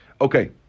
Okay